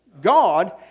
God